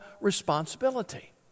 responsibility